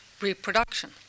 reproduction